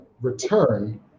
return